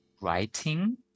writing